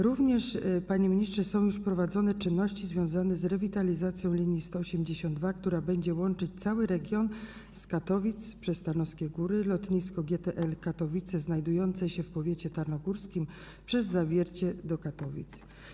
Również, panie ministrze, są już prowadzone czynności związane z rewitalizacją linii nr 182, która będzie łączyć cały region: z Katowic przez Tarnowskie Góry, lotnisko GTL Katowice znajdujące się w powiecie tarnogórskim przez Zawiercie do Katowic.